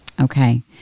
Okay